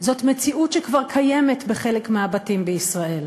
זאת מציאות שכבר קיימת בחלק מהבתים בישראל.